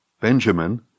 Benjamin